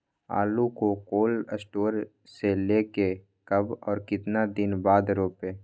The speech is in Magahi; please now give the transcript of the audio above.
आलु को कोल शटोर से ले के कब और कितना दिन बाद रोपे?